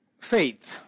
faith